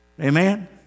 Amen